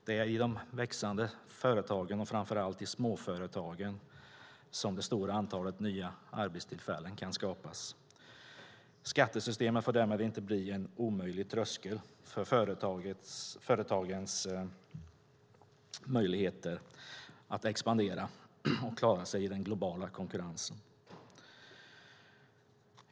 Det är i de växande företagen och framför allt i småföretagen som det stora antalet nya arbetstillfällen kan skapas. Skattesystemet får därmed inte bli en omöjlig tröskel för företagens möjligheter att expandera och att klara sig i den globala konkurrensen.